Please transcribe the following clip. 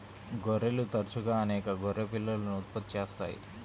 గొర్రెలు తరచుగా అనేక గొర్రె పిల్లలను ఉత్పత్తి చేస్తాయి